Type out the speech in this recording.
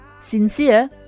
sincere